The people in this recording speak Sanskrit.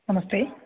नमस्ते